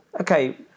okay